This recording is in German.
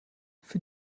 für